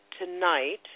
tonight